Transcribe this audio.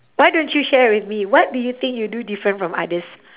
why don't you share with me what do you think you do different from others